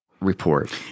report